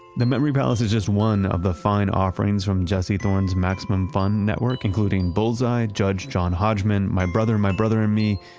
the memory palace is just one of the fine offerings from jesse thorn's maximum fund network including bullseye, judge john hodgman, my brother, my brother and me,